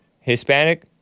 Hispanic